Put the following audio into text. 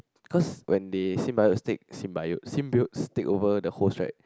cause when they symbiostic symbiote symbiostic over the host right